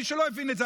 מי שלא הבין את זה,